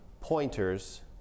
pointers